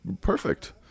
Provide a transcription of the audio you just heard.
perfect